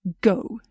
Go